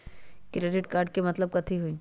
Credit card के मतलब कथी होई?